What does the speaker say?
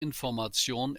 information